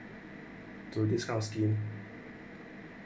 to this class of